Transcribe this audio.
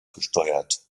gesteuert